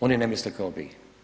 Oni ne misle kao vi.